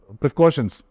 precautions